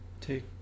take